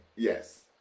Yes